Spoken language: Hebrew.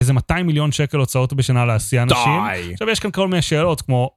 איזה 200 מיליון שקל הוצאות בשנה לעשייה אנשים. די! עכשיו יש כאן כל מיני שאלות כמו...